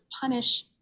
punish